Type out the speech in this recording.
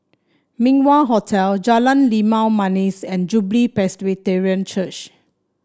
Min Wah Hotel Jalan Limau Manis and Jubilee Presbyterian Church